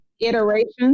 iterations